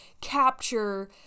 capture